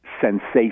sensation